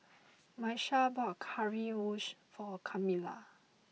Miesha bought Currywurst for Camilla